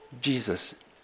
Jesus